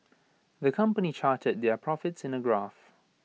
the company charted their profits in A graph